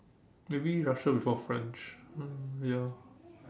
maybe Russian before French uh ya